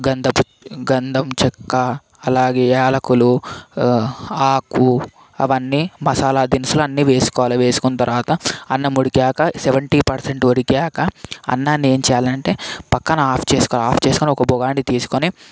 గంధపు గంధం చెక్క అలాగే యాలకులు ఆకు అవన్నీ మసాలా దినుసులు అన్ని వేసుకోవాలి వేసుకున్న తర్వాత అన్నం ఉడికాక సెవెంటీ పర్సెంట్ ఉడికాక అన్నాన్ని ఏం చేయాలంటే పక్కన ఆఫ్ చేసుకోవాలి ఆఫ్ చేసుకుని ఒక పొగ అంటే తీసుకొని